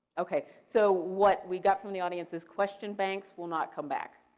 okay. so what we got from the audience is question banks will not come back.